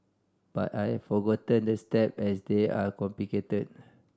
but I have forgotten the step as they are complicated